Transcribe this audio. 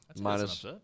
Minus